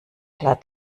klar